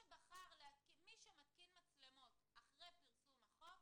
מי שמתקין מצלמות אחרי פרסום החוק